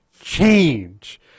change